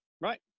Right